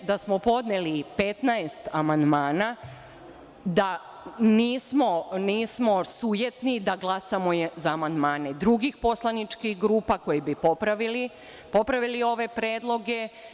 Da smo podneli 15 amandmana, da nismo sujetni da glasamo za amandmane drugih poslaničkih grupa koji bi popravili ove predloge.